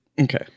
Okay